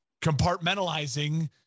compartmentalizing